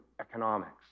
economics